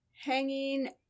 hanging